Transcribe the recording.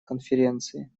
конференции